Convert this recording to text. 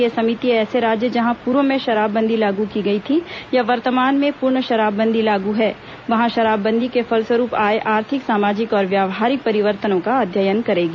यह समिति ऐसे राज्य जहां पूर्व में शराबबंदी लागू की गई थी या वर्तमान में पूर्ण शराबबंदी लागू है वहां शराबबंदी के फलस्वरुप आए आर्थिक सामाजिक और व्यावहारिक परिवर्तनों का अध्ययन करेगी